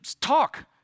talk